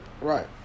Right